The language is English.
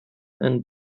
and